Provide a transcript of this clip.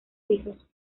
hijos